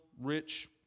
rich